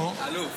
בשמו.